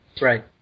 Right